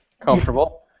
comfortable